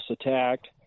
attacked